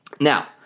Now